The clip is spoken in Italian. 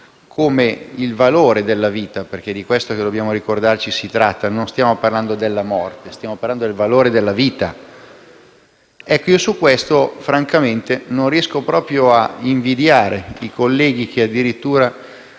come il valore della vita - perché è di questo che si tratta, dobbiamo ricordarcelo, non stiamo parlando della morte ma del valore della vita - ecco, io su questo, francamente, non riesco proprio ad invidiare i colleghi che addirittura